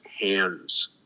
hands